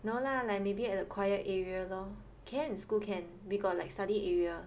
no lah like maybe at a quiet area lor can school can we got like a study area